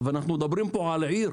ואנחנו מדברים פה על עיר